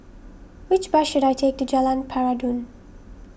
which bus should I take to Jalan Peradun